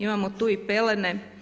Imamo tu i pelene.